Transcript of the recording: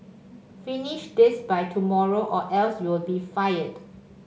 finish this by tomorrow or else you'll be fired